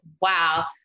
Wow